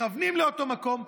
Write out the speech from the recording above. מכוונים לאותו מקום,